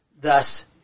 Thus